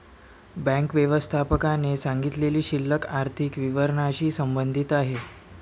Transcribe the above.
bank व्यवस्थापकाने सांगितलेली शिल्लक आर्थिक विवरणाशी संबंधित आहे